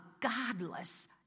godless